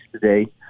today